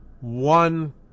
One